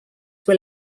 were